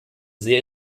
sehr